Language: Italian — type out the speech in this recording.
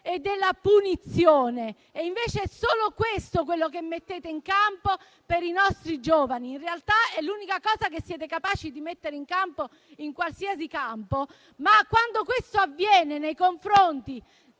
della punizione. Invece è solo questo quello che mettete in campo per i nostri giovani. In realtà, è l'unica cosa che siete capaci di mettere in campo in qualsiasi settore. Ma, quando questo avviene nei confronti di